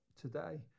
today